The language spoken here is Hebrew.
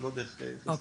אוקי,